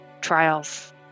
trials